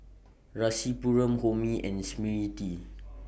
Rasipuram Homi and Smriti